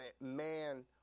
man